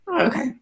Okay